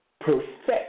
perfect